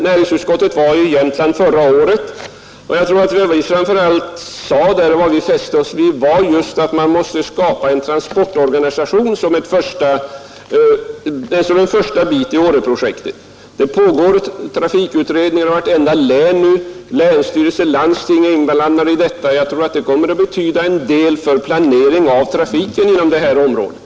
Näringsutskottet var i Jämtland förra året, och vad vi framför allt fäste oss vid var att man måste skapa en transportorganisation som ett första led i Åreprojektet. Det pågår trafikutredningar i vartenda län — länsstyrelser och landsting är inblandade i detta. Jag tror att det kommer att betyda en del för planeringen av trafiken inom det här området.